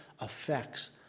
affects